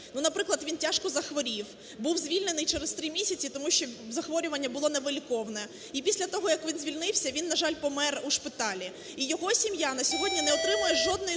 наприклад, він тяжко захворів, був звільнений через три місяці, тому що захворювання було невиліковне. І після того, як він звільнився, він, на жаль, помер у шпиталі. І його сім'я на сьогодні не отримує жодної